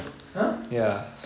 !huh!